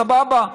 סבבה.